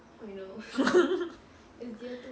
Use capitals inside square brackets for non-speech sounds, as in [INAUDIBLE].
[LAUGHS]